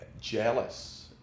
jealous